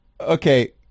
Okay